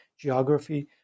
geography